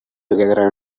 together